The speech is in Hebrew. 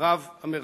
רב המרחק.